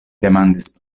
demandis